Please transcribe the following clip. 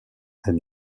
est